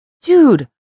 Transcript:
dude